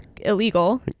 illegal